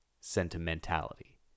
sentimentality